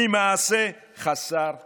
היא מעשה חסר אחריות".